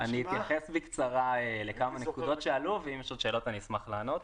אני אתייחס בקצרה לכמה נקודות שעלו ואם יהיו עוד שאלות אני אשמח לענות.